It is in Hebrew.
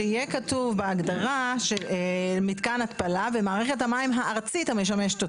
שיהיה כתוב בהגדרה שמתקן התפלה ומערכת המים הארצית המשמשת אותו.